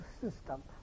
system